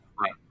Right